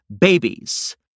babies